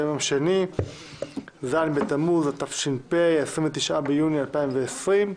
היום יום שני, ז' בתמוז התש"ף, 29 ביוני 2020,